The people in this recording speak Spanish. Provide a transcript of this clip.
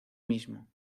mismo